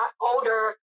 older